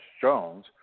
jones